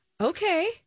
okay